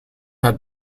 had